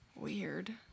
weird